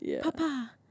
Papa